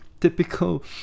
typical